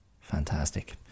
Fantastic